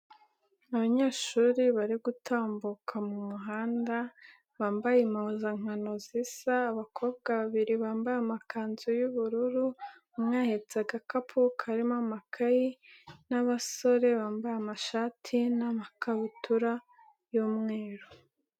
Abanyeshuri bari gutambuka mu muhanda, bambaye impuzankano zisa, abakobwa babiri bambaye amakanzu y'ubururu, umwe ahetse agakapu karimo amakayi n'abasore bambaye amashati n'amakabutura y'umweru.